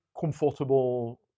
comfortable